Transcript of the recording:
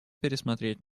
пересмотреть